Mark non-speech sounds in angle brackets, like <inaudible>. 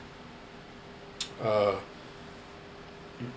<noise> uh